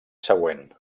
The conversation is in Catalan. següent